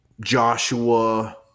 Joshua